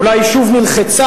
אולי היא שוב נלחצה,